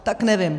Tak nevím.